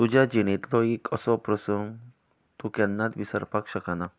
तुज्या जिणेंतलो एक असो प्रसंग तूं केन्नाच विसरपाक शकना